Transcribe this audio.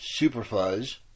Superfuzz